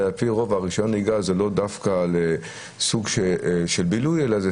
ועל פי רוב רישיון הנהיגה זה לא דווקא סוג של בילוי אלא הוא